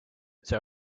they